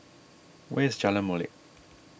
where is Jalan Molek